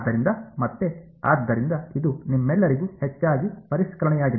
ಆದ್ದರಿಂದ ಮತ್ತೆ ಆದ್ದರಿಂದ ಇದು ನಿಮ್ಮೆಲ್ಲರಿಗೂ ಹೆಚ್ಚಾಗಿ ಪರಿಷ್ಕರಣೆಯಾಗಿದೆ